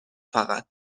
فقط